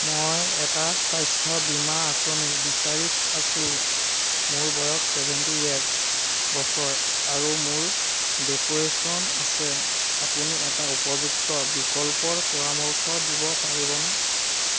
মই এটা স্বাস্থ্য বীমা আঁচনি বিচাৰি আছোঁ মোৰ বয়স চেভেনটি ইয়েৰছ বছৰ আৰু মোৰ দিপ্ৰেছন আছে আপুনি এটা উপযুক্ত বিকল্পৰ পৰামৰ্শ দিব পাৰিবনে